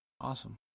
awesome